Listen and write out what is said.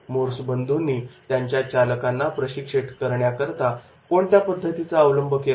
Morse बंधूंनी त्यांच्या चालकांना प्रशिक्षित करण्याकरता कोणत्या पद्धतीचा अवलंब केला